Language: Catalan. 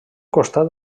costat